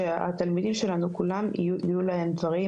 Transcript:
שהתלמידים שלנו כולם יהיה להם דברים,